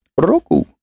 Roku